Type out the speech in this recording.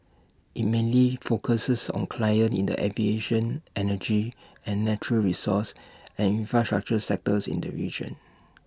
IT mainly focuses on clients in the aviation energy and natural resources and infrastructure sectors in the region